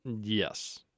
Yes